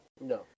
No